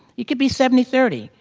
you could be seventy thirty,